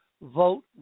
vote